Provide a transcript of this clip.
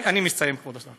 אני מסיים, כבוד השר.